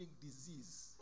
disease